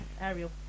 Ariel